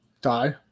Die